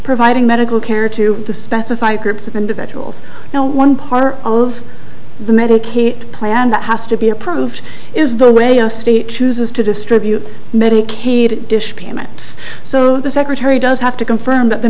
providing medical care to the specified groups of individuals now one part of the medicaid plan that has to be approved is the way our state chooses to distribute medicaid dish payments so the secretary does have to confirm that the